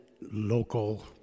local